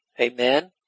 Amen